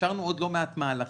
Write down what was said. אפשרנו עוד לא מעט מהלכים,